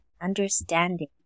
understanding